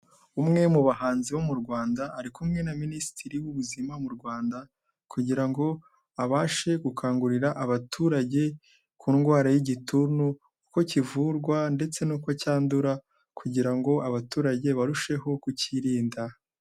Umwe mu bahanzi bo mu Rwanda, ari kumwe na minisitiri w'ubuzima mu Rwanda, kugira ngo abashe gukangurira abaturage ku ndwara y'igituntu uko kivurwa ndetse n'uko cyandura kugira ngo abaturage barusheho kukikirinda.